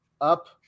up